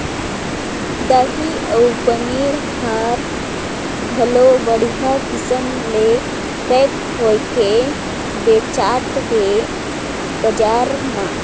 दही अउ पनीर हर घलो बड़िहा किसम ले पैक होयके बेचात हे बजार म